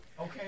Okay